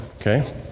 Okay